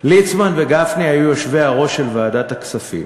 ליצמן וגפני היו יושבי-הראש של ועדת הכספים